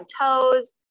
toes